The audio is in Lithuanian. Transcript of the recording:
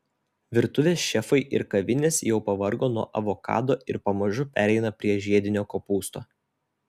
virtuvės šefai ir kavinės jau pavargo nuo avokado ir pamažu pereina prie žiedinio kopūsto